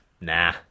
Nah